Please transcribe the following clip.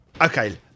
Okay